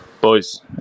Boys